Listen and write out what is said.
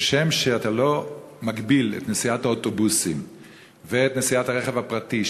שכשם שאתה לא מגביל את נסיעת האוטובוסים ואת נסיעת הרכב הפרטי,